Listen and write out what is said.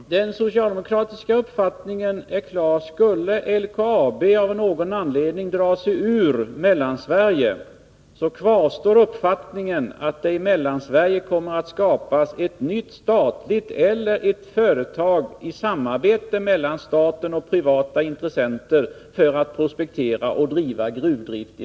Herr talman! Den socialdemokratiska uppfattningen är klar. Skulle LKAB av någon anledning dra sig ur Mellansverige, kommer det att skapas ett nytt statligt företag eller ett företag i samarbete mellan staten och privata intressenter för att där prospektera och driva gruvor.